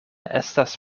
estas